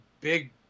big